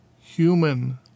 human